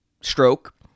stroke